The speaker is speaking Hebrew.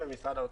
משרד האוצר.